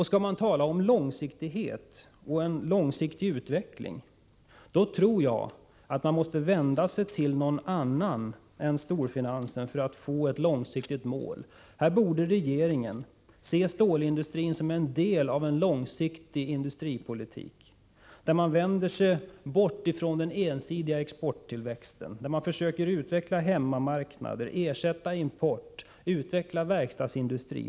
Skall vi tala om långsiktighet och om en långsiktig utveckling tror jag att det är nödvändigt att vända sig till någon annan än storfinansen för att få till stånd ett långsiktigt mål. Regeringen borde se stålindustrin som en del i en långsiktig industripolitik, där man vänder sig bort från den ensidiga exporttillväxten, där man försöker utveckla hemmamarknader, ersätta import och utveckla verkstadsindustri.